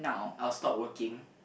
I'll stop working